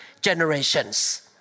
generations